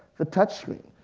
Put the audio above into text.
the touch screen.